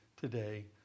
today